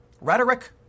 rhetoric